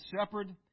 shepherd